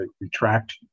Retract